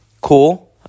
Cool